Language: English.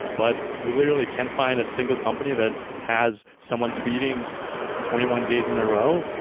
but will literally can't find a single company that has someone tweeting twenty one days in a row,